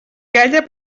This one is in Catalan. calla